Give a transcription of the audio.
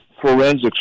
forensics